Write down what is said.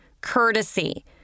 Courtesy